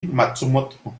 matsumoto